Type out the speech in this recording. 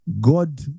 God